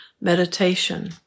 meditation